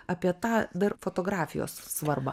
apie tą dar fotografijos svarbą